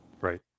Right